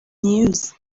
news